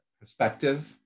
perspective